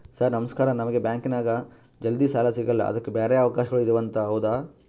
Sir ನಮಸ್ಕಾರ ನಮಗೆ ಬ್ಯಾಂಕಿನ್ಯಾಗ ಜಲ್ದಿ ಸಾಲ ಸಿಗಲ್ಲ ಅದಕ್ಕ ಬ್ಯಾರೆ ಅವಕಾಶಗಳು ಇದವಂತ ಹೌದಾ?